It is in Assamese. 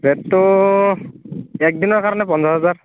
ৰে'টটো একদিনৰ কাৰণে পোন্ধৰ হাজাৰ